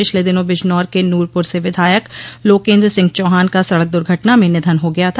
पिछले दिनों बिजनौर के नूरपुर से विधायक लोकेन्द्र सिंह चौहान का सड़क दुर्घटना में निधन हो गया था